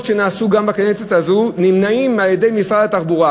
שנעשו גם בקדנציה הזו נמנעות על-ידי משרד התחבורה,